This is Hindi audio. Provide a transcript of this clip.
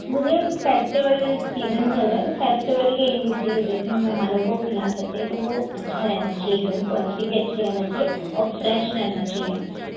मुझे फेस्टिवल सीज़न चल रहा है तो फेस्टिवल के लिए चाहिए जैसे मेहमानों को खिला सकते हैं तो वो अच्छा रहना चाहिए एकदम से क्वालिटी भी अच्छी रहना चाहिए और फ्रेश रहना चाहिए